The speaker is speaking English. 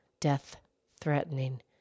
death-threatening